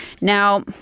Now